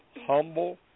humble